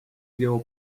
llevo